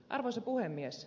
arvoisa puhemies